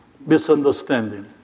misunderstanding